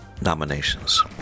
nominations